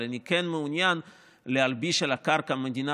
אבל אני כן מעוניין להלביש על קרקע המדינה